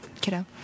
kiddo